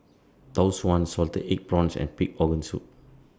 Tau Suan Salted Egg Prawns and Pig Organ Soup